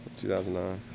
2009